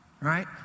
right